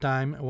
Time